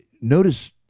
notice